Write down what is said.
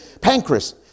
Pancreas